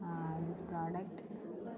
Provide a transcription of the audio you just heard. this product